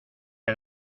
que